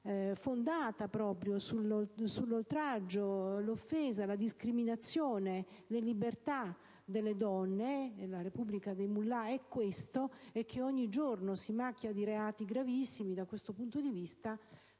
fondata proprio sull'oltraggio, l'offesa e la discriminazione delle libertà delle donne (la Repubblica dei *mullah* è questo) e che ogni giorno si macchia di reati gravissimi, da questo punto di vista